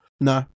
No